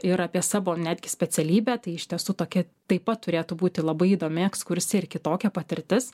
ir apie savo netgi specialybę tai iš tiesų tokia taip pat turėtų būti labai įdomi ekskursija ir kitokia patirtis